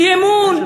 אי-אמון.